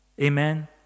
Amen